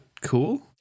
cool